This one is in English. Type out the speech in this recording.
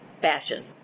fashion